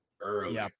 early